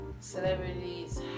celebrities